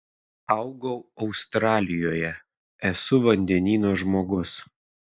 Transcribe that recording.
augau australijoje esu vandenyno žmogus